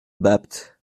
bapt